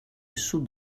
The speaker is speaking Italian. sud